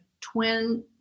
twin